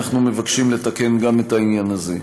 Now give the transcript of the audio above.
אנחנו מבקשים לתקן גם את העניין הזה.